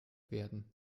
werden